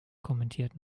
kommentiert